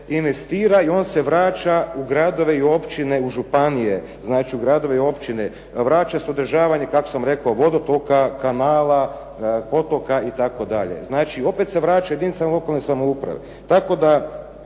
investira i on se vraća u gradove i općine i županije, znači u gradove i općine. Vraća se u održavanje kako sam rekao vodotoka, kanala, potoka itd. Znači opet se vraća jedinicama lokalne samouprave, tako da